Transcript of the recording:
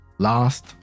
Last